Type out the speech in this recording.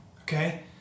okay